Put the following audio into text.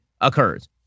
occurs